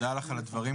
תודה לך על הדברים,